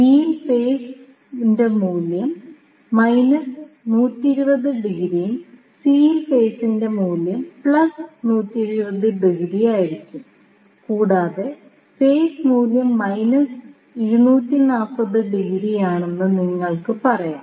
B യിൽ phase മൂല്യം minus 120 ഡിഗ്രിയും C യിൽ ഫേസ് മൂല്യം പ്ലസ് 120 ഡിഗ്രിയുമായിരിക്കും കൂടാതെ ഫേസ് മൂല്യം മൈനസ് 240 ഡിഗ്രിയാണെന്ന് നിങ്ങൾക്ക് പറയാം